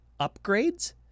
upgrades